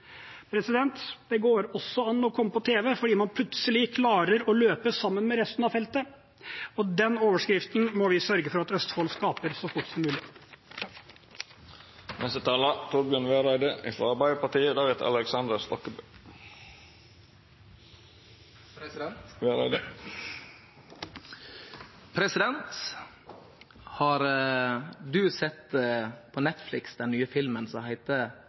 Det går også an å komme på tv fordi man plutselig klarer å løpe sammen med resten av feltet. Den overskriften må vi sørge for at Østfold skaper så fort som mulig.